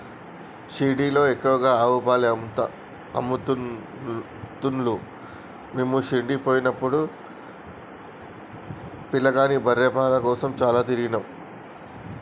షిరిడీలో ఎక్కువగా ఆవు పాలే అమ్ముతున్లు మీము షిరిడీ పోయినపుడు పిలగాని బర్రె పాల కోసం చాల తిరిగినం